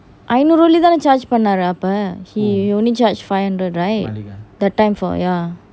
ஆயிநூறு வெள்ளி தான்:aiynooru velli dhan charge பண்ணாரு அப்போ:panaara appo he only charge five hundred right the time for ya